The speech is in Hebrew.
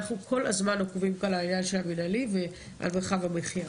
אנחנו כל הזמן עוקבים על העניין של המנהלי ועל מרחב המחייה,